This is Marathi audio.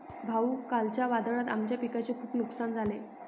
भाऊ, कालच्या वादळात आमच्या पिकाचे खूप नुकसान झाले